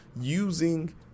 using